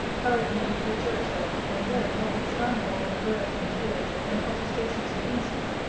carried me into a church-yard and there, notwithstanding, all my prayers and tears, and protestations of innocence,